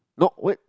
not what